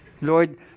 Lord